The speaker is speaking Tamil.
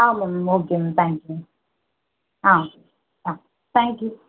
ஆமாம் ma'am okay ma'am thank you ma'am ah ah thank you